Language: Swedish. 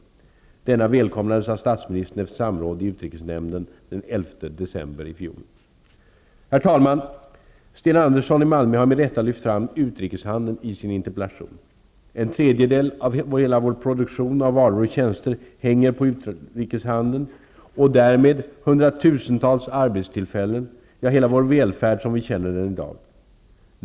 Denna välkomnades av statsministern efter samråd i utrikesnämnden den 11 december i fjol. Herr talman! Sten Andersson i Malmö har med rätta lyft fram utrikeshandeln i sin interpellation. En tredjedel av hela vår produktion av varor och tjänster hänger på utrikeshandeln och därmed hundratusentals arbetstillfällen, ja hela vår välfärd som vi känner den i dag.